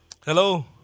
Hello